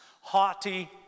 Haughty